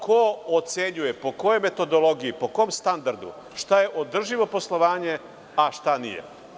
Ko ocenjuje, po kojoj metodologiji, po kom standardu šta je održivo poslovanje, a šta nije?